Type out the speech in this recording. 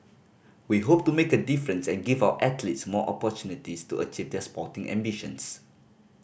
we hope to make a difference and give our athletes more opportunities to achieve their sporting ambitions